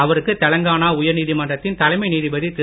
அவருக்கு தெலங்கானா உயர்நீதிமன்றத்தின் தலைமை நீதிபதி திரு